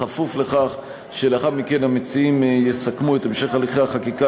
בכפוף לכך שלאחר מכן המציעים יסכמו את המשך הליכי החקיקה